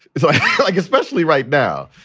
so like especially right now.